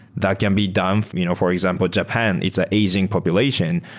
that can be done for you know for example, japan, it's an easing population,